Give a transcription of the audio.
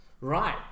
Right